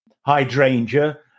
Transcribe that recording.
hydrangea